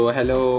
Hello